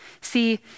See